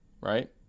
right